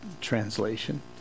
Translation